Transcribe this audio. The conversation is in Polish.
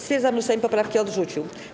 Stwierdzam, że Sejm poprawki odrzucił.